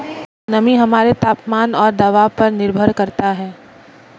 नमी हमारे तापमान और दबाव पर निर्भर करता है